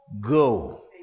go